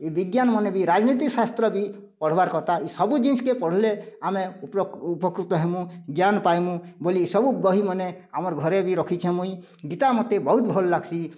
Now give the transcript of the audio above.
ଏଇ ବିଜ୍ଞାନ ମନେ ବି ରାଜନୀତି ଶାସ୍ତ୍ର ବି ପଢ଼ିବାର୍ କଥା ଏଇସବୁ ଜିନିଷକେ ପଢ଼ିଲେ ଆମେ ଉପକୃତ ହେମୁଁ ଜ୍ଞାନ ପାଇମୁଁ ବୋଲି ସବୁ ବହି ମନେ ଆମର ଘରେ ବି ରଖିଛେ ମୁଇଁ ଗୀତା ମୋତେ ବହୁତ୍ ଭଲ ଲାଗସି